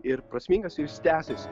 ir prasmingas ir jis tęsiasi